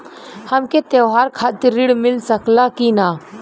हमके त्योहार खातिर त्रण मिल सकला कि ना?